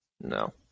No